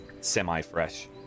semi-fresh